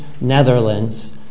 Netherlands